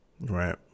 Right